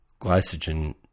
glycogen